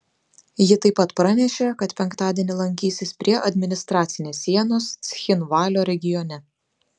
ji taip pat pranešė kad penktadienį lankysis prie administracinės sienos cchinvalio regione